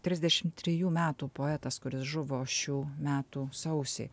trisdešimt trijų metų poetas kuris žuvo šių metų sausį